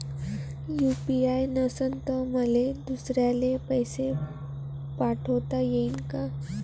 UPI नसल तर मले दुसऱ्याले पैसे पाठोता येईन का?